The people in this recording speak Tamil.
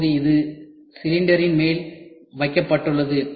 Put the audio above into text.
இப்போது இது சிலிண்டரின் மேல் வைக்கப்பட்டுள்ளது